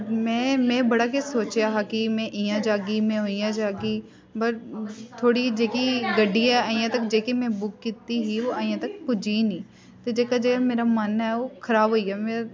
में में बड़ा किश सोचेआ हा कि में इ'यां जाह्गी में उ'यां जाह्गी पर थुआढ़ी जेह्की गड्डी ऐ अजें तकर जेह्की में बुक कीती ही ओह् अजें तक पुज्जी ई नी जेह्का जेह्ड़ा मेरा मन ऐ ओह् खराब होई गेआ मेरा